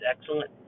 excellent